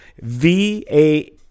V-A